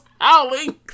howling